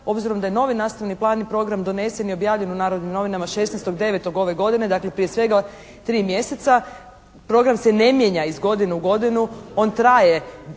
obzirom da je novi nastavni plan i program donesen i objavljen u "Narodnim novinama" 16.9. ove godine, dakle prije svega tri mjeseca program se ne mijenja iz godine u godinu, on traje